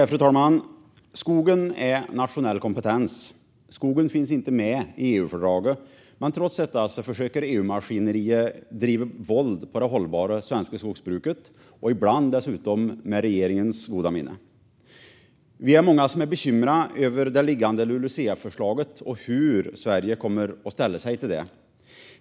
Fru talman! Skogen är nationell kompetens, och skogen finns inte med i EU-fördraget. Men trots detta försöker EU-maskineriet att driva våld mot det svenska hållbara skogsbruket, ibland dessutom med regeringens goda minne. Vi är många som är bekymrade över hur Sverige kommer att ställa sig till det liggande LULUCF-förslaget.